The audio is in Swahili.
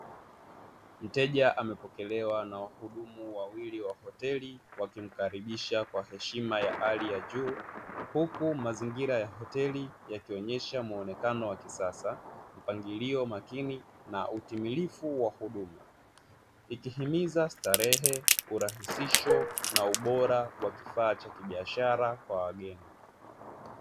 Mteja amepokelewa na wahudumu wawili wa hoteli wakimkarubisha kwa heshima ya hali ya juu huku mazingira ya hoteli, yakionesha muonekano wa kisasa, mpangilio makini na utimilifu wa kudumu, ikihimiza starehe urahisisho na ubora wa kifaa cha kibiashara kwa wageni.